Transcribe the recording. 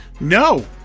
No